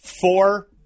four